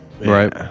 Right